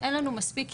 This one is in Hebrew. ותיכף נשמע אותן,